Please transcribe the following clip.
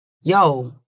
yo